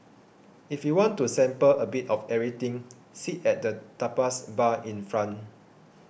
if you want to sample a bit of everything sit at the tapas bar in front